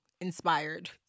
inspired